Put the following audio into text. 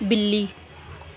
बिल्ली